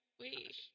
wait